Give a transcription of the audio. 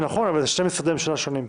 זה נכון, אבל זה שני משרדי ממשלה שונים.